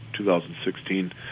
2016